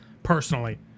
personally